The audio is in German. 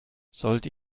sollte